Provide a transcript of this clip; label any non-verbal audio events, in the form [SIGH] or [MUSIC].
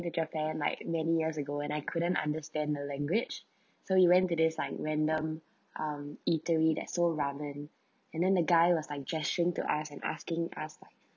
to japan like many years ago and I couldn't understand the language [BREATH] so we went to this like random um eatery that sold ramen and then the guy was like gesturing to ask and asking us like